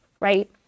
Right